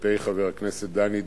וכלפי חבר הכנסת דני דנון,